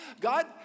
God